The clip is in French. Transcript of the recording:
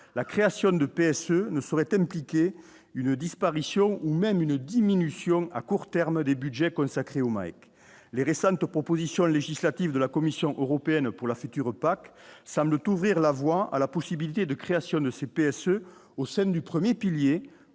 la création de PSE ne serait impliqué une disparition ou même une diminution à court terme des Budgets consacrés aux mecs les récentes propositions législatives de la Commission européenne pour la future PAC semblent ouvrir la voie à la possibilité de création de ces PSE au sein du 1er pilier